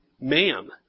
ma'am